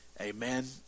Amen